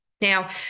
Now